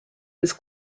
was